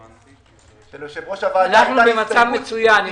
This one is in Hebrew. שליושב-ראש הוועדה היתה הסתייגות אישית.